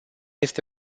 este